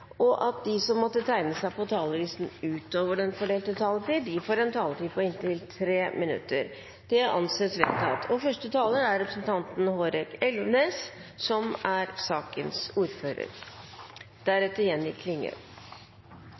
og at de som måtte tegne seg på talerlisten utover den fordelte taletid, får en taletid på inntil 3 minutter. – Det anses vedtatt. For Arbeiderpartiet er det en grunnleggende verdi i ethvert samfunn at de som